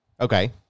Okay